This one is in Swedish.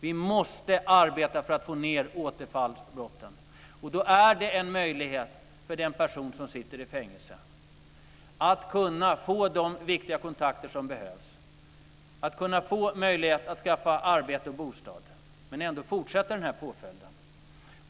Vi måste arbeta för att man ska få ned återfallsbrotten. Då ska det vara möjligt för den som sitter i fängelse att ta de kontakter som behövs och att skaffa arbete och bostad under påföljdstiden.